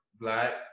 black